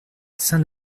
saint